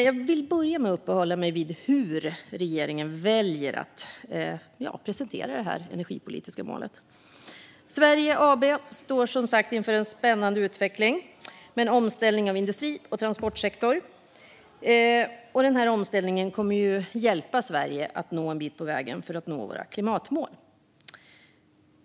Jag vill börja med att uppehålla mig vid hur regeringen väljer att presentera det energipolitiska målet. Sverige AB står som sagt inför en spännande utveckling med en omställning av industrisektorn och transportsektorn. Denna omställning kommer att hjälpa Sverige en bit på vägen för att vi ska nå våra klimatmål.